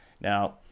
Now